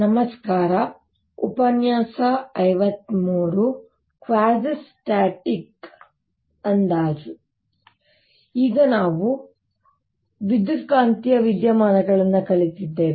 quasi-static ಅಂದಾಜು ಈಗ ನಾವು ವಿದ್ಯುತ್ಕಾಂತೀಯ ವಿದ್ಯಮಾನಗಳನ್ನು ಕಲಿತಿದ್ದೇವೆ